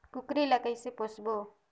कूकरी ला कइसे पोसबो?